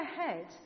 ahead